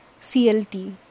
CLT